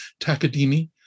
Takadimi